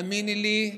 תאמיני לי,